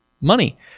Money